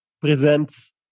presents